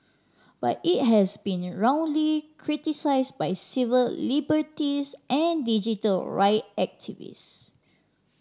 but it has been roundly criticised by civil liberties and digital right activist